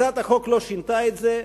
הצעת החוק לא שינתה את זה,